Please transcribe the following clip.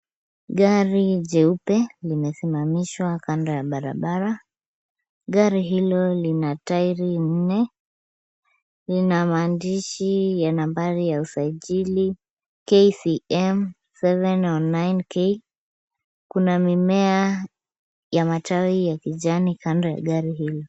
Gari jeupe limesimamishwa kando ya barabara. Gari hilo lina tairi nne. Lina maandishi ya nambari ya usajili KCM 709K. Kuna mimea ya matawi ya kijani kando ya gari hilo.